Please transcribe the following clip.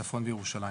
צפון וירושלים.